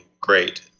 great